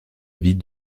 vie